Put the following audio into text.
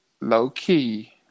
Low-key